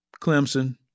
Clemson